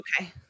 Okay